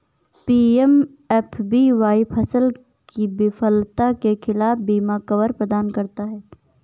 PMFBY फसल की विफलता के खिलाफ बीमा कवर प्रदान करता है